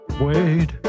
wait